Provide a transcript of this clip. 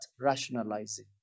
rationalizing